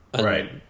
right